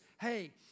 hey